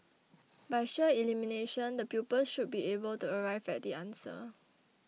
by sheer elimination the pupils should be able to arrive at the answer